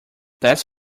that’s